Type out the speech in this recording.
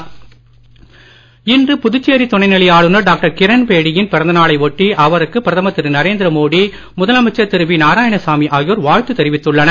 வாழ்த்து இன்று புதுச்சேரி துணை நிலை ஆளுநர் டாக்டர் கிரண்பேடியின் பிறந்த நாளை ஒட்டி அவருக்கு பிரதமர் திரு நரேந்திர மோடி முதலமைச்சர் திரு வி நாராயணசாமி தெரிவித்துள்ளனர்